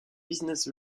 business